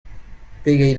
pegeit